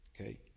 Okay